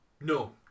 No